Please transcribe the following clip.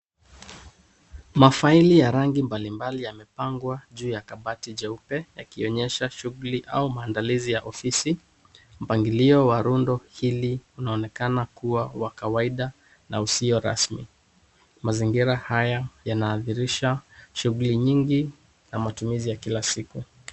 Mafaili ya rangi mbalimbali yamepangwa juu ya kabati jeupe yakionyesha shughuli au maandalizi ya ofisi, mpangilio wa rundo hili unaonekana kuwa wa kawaida na usio rasmi. Mazingira haya yanaadhirisha shughuli nyingi na matumizi ya kila siku.